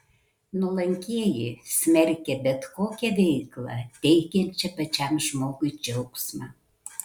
nuolankieji smerkė bet kokią veiklą teikiančią pačiam žmogui džiaugsmą